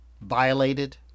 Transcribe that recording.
violated